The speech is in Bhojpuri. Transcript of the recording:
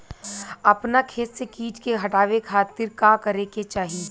अपना खेत से कीट के हतावे खातिर का करे के चाही?